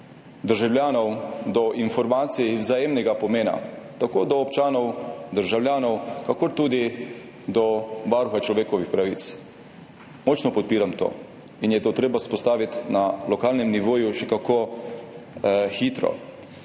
državljanov do informacij vzajemnega pomena, tako do občanov, državljanov kakor tudi do Varuha človekovih pravic. Močno podpiram to in to je treba vzpostaviti na lokalnem nivoju še kako hitro.